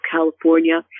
California